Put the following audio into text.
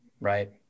Right